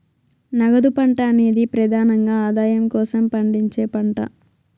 నగదు పంట అనేది ప్రెదానంగా ఆదాయం కోసం పండించే పంట